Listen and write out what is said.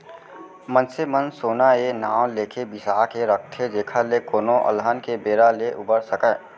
मनसे मन सोना ए नांव लेके बिसा के राखथे जेखर ले कोनो अलहन के बेरा ले उबर सकय